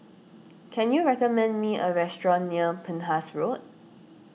can you recommend me a restaurant near Penhas Road